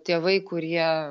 tėvai kurie